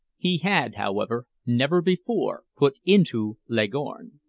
he had, however, never before put into leghorn.